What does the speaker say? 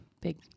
big